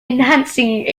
enhancing